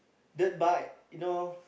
dirt bike you know